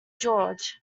george